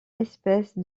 espèce